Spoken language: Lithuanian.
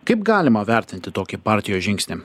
kaip galima vertinti tokį partijos žingsnį